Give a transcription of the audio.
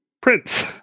Prince